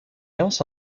else